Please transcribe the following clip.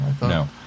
No